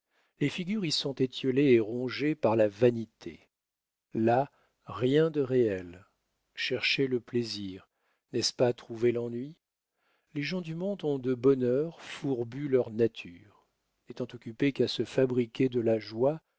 les figures y sont étiolées et rongées par la vanité là rien de réel chercher le plaisir n'est-ce pas trouver l'ennui les gens du monde ont de bonne heure fourbu leur nature n'étant occupés qu'à se fabriquer de la joie